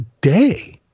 day